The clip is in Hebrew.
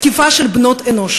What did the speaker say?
תקיפה של בנות-אנוש.